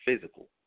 physical